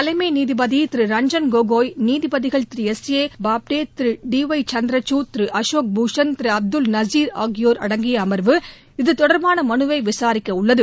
தலைமை நீதிபதி திரு ரஞ்சன் கோகோய் நீதிபதிகள் திரு எஸ் ஏ போப்டே திரு டி ஒய் சந்திரஞட் திரு அசோக் பூஷன் திரு அப்துல் நசீர் ஆகியோர் அடங்கிய அர்வு இத்தொடர்பாள மனுவை விசாரிக்கவுள்ளது